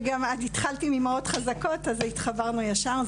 ואת התחלת עם אימהות חזקות, אז התחברנו ישר.